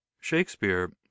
shakespeare